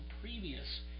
previous